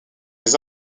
des